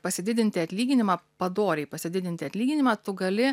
pasididinti atlyginimą padoriai pasididinti atlyginimą tu gali